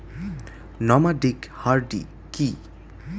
Nomadic herding কি?